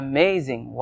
Amazing